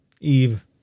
Eve